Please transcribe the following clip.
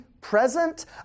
present